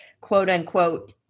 quote-unquote